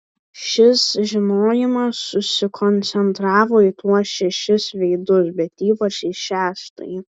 šis žinojimas susikoncentravo į tuos šešis veidus bet ypač į šeštąjį